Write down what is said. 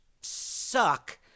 suck